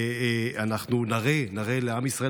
ואנחנו נראה לעם ישראל,